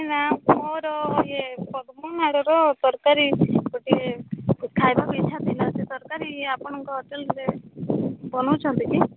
ନାଁ ମୋର ଇଏ ପଦ୍ମନାଡ଼ର ତରକାରୀ ଗୋଟିଏ ଖାଇବାକୁ ଇଚ୍ଛା ଥିଲା ସେ ତରକାରୀ ଇଏ ଆପଣଙ୍କ ହୋଟେଲରେ ବନାଉଛନ୍ତି କି